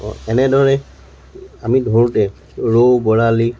এনেদৰে আমি ধৰোঁতে ৰৌ বৰালি